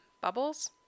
bubbles